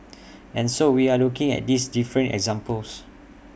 and so we are looking at these different examples